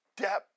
depth